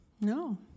No